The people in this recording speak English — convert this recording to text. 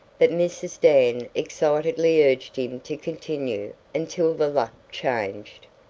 but mrs. dan excitedly urged him to continue until the luck changed.